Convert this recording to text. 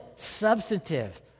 substantive